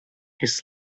his